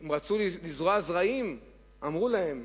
הן רצו לזרוע זרעים, ואמרו להם: